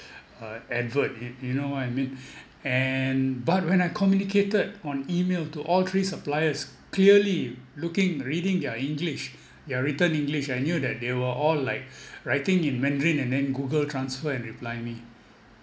uh advert you you know what I mean and but when I communicated on email to all three suppliers clearly looking reading their english their written english I knew that they were all like writing in mandarin and then google transfer and reply me